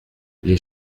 les